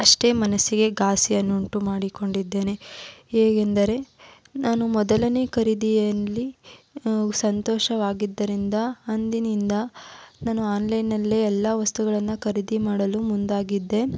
ಅಷ್ಟೇ ಮನಸ್ಸಿಗೆ ಘಾಸಿಯನ್ನು ಉಂಟುಮಾಡಿಕೊಂಡಿದ್ದೇನೆ ಹೇಗೆಂದರೆ ನಾನು ಮೊದಲನೇ ಖರೀದಿಯಲ್ಲಿ ಸಂತೋಷವಾಗಿದ್ದರಿಂದ ಅಂದಿನಿಂದ ನಾನು ಆನ್ಲೈನ್ನಲ್ಲೇ ಎಲ್ಲ ವಸ್ತುಗಳನ್ನು ಖರೀದಿ ಮಾಡಲು ಮುಂದಾಗಿದ್ದೆ